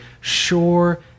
sure